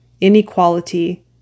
inequality